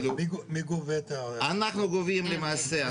אנחנו גובים למעשה,